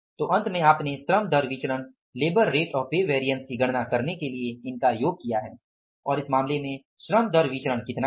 तो अंत में आपने श्रम दर विचरण की गणना करने के लिए इनका योग किया है और इस मामले में श्रम दर विचरण कितना है